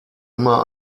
immer